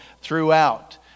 throughout